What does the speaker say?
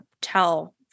tell